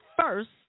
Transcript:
first